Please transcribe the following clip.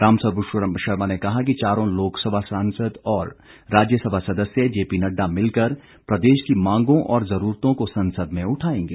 रामस्वरूप शर्मा ने कहा कि चारों लोकसभा सांसद और राज्यसभा सदस्य जेपी नड्डा मिलकर प्रदेश की मांगों और जरूरतों को संसद में उठाएंगे